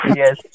yes